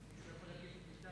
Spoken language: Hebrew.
נתקבלה.